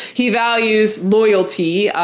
he values loyalty,